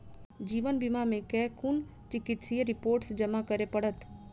जीवन बीमा मे केँ कुन चिकित्सीय रिपोर्टस जमा करै पड़त?